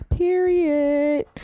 Period